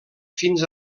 fins